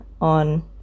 on